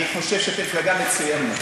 אני חושב שאתם מפלגה מצוינת.